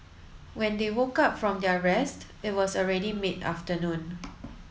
when they woke up from their rest it was already mid afternoon